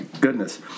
goodness